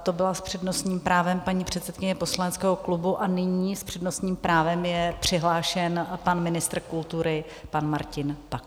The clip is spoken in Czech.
To byla s přednostním právem paní předsedkyně poslaneckého klubu a nyní s přednostním právem je přihlášen pan ministr kultury pan Martin Baxa.